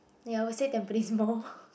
ya I would say Tampines Mall